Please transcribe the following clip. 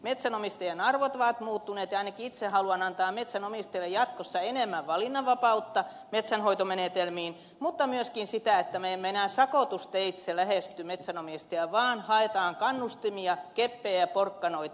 metsänomistajien arvot ovat muuttuneet ja ainakin itse haluan antaa metsänomistajille jatkossa enemmän valinnanvapautta metsänhoitomenetelmiin mutta myöskin sitä että me emme enää sakotusteitse lähesty metsänomistajia vaan haetaan kannustimia keppejä ja porkkanoita